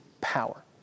power